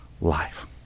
life